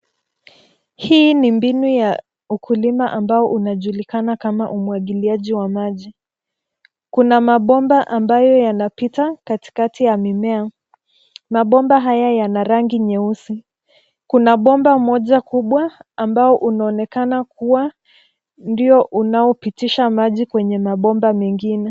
Hii ni mbinu ya ukulima ambao unajulikana kama umwagiliaji wa maji. Kuna mabomba ambayo yanapita katikati ya mimea. Mabomba haya yana rangi nyeusi. Kuna bomba moja kubwa ambao unaonekana kuwa ndio unaopitisha maji kwenye mabomba mengine.